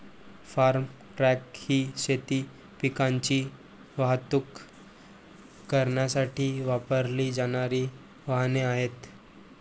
form truck ही शेती पिकांची वाहतूक करण्यासाठी वापरली जाणारी वाहने आहेत